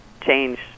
change